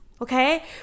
Okay